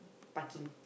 parking